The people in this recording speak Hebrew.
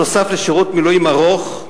נוסף על שירות מילואים ארוך,